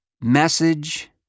Message